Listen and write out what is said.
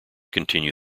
continue